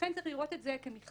לכן צריך לראות את זה כמכלול.